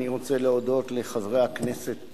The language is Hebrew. אני רוצה להודות לחברי הכנסת